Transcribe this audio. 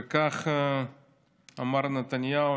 וכך אמר נתניהו,